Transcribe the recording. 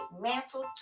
mantle